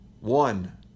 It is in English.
One